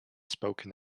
spoken